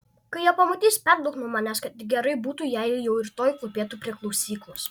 kai ją pamatysi perduok nuo manęs kad gerai būtų jei ji jau rytoj klūpėtų prie klausyklos